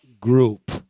group